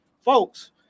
folks